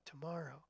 tomorrow